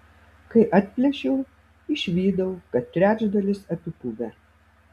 kai atplėšiau išvydau kad trečdalis apipuvę